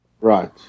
Right